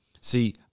See